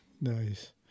Nice